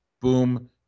Boom